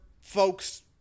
folks